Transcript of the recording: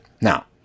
Now